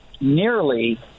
nearly